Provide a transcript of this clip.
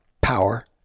power